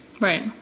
Right